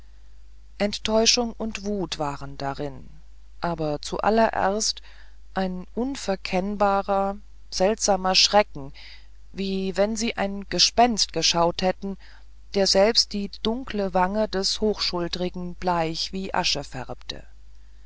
enttäuschung und wut waren darin aber zu allererst ein unverkennbarer seltsamer schrecken wie wenn sie ein gespenst geschaut hätten der selbst die dunkle wange des hochschulterigen bleich wie asche färbte